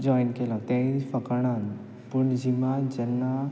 join केला तेंय फकाणान पूण जिमात जेन्ना